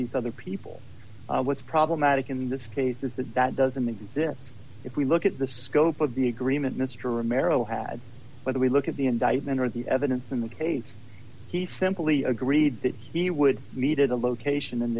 these other people what's problematic in this case is that that doesn't exist if we look at the scope of the agreement mr merrill had whether we look at the indictment or the evidence in the case he simply agreed that he would meet at a location and